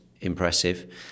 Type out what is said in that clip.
impressive